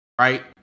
Right